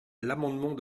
l’amendement